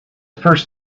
first